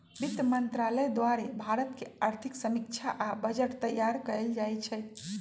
वित्त मंत्रालय द्वारे भारत के आर्थिक समीक्षा आ बजट तइयार कएल जाइ छइ